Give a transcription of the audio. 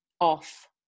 off